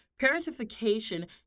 parentification